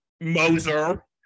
Moser